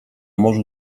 morzu